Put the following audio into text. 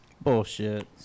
Bullshit